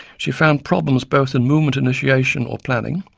she found problems both in movement initiation or planning,